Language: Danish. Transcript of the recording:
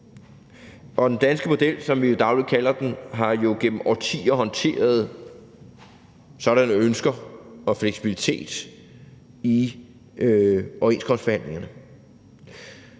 den danske model, som vi til daglig kalder den, har jo gennem årtier håndteret sådanne ønsker og en fleksibilitet i overenskomstforhandlingerne.